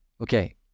Okay